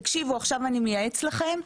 תקשיבו עכשיו אני מייעץ לכם,